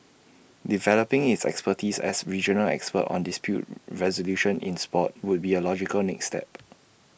developing its expertise as regional expert on dispute resolution in Sport would be A logical next step